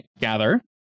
gather